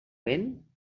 vent